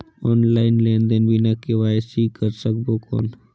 Online लेनदेन बिना KYC कर सकबो कौन??